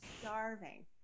starving